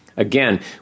Again